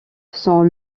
sont